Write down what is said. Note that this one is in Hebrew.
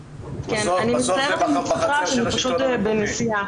בסוף זה בחצר של השלטון המקומי.